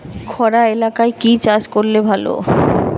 খরা এলাকায় কি চাষ করলে ভালো?